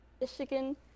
Michigan